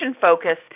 focus